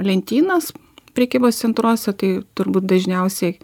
lentynas prekybos centruose tai turbūt dažniausiai